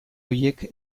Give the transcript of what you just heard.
horiek